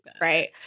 right